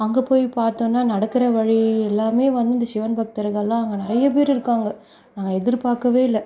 அங்கே போய் பாத்தோன்னா நடக்கிற வழி எல்லாமே வந்து இந்த சிவன் பக்தர்களெலாம் அங்கே நிறையா பேர் இருக்காங்க நாங்கள் எதிர்பார்க்கவே இல்லை